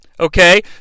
okay